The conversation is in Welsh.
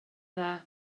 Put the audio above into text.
dda